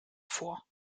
vor